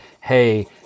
hey